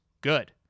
good